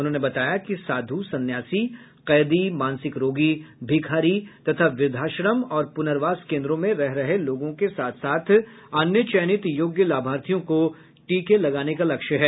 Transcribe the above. उन्होंने बताया कि साधु संन्यासी कैदी मानसिक रोगी भिखारी तथा वृद्धाश्रम और पुनर्वास केन्द्रों में रह रहे लोगों के साथ साथ अन्य चयनित योग्य लाभार्थियों को टीके लगाने का लक्ष्य है